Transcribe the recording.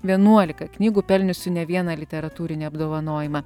vienuolika knygų pelniusių ne vieną literatūrinį apdovanojimą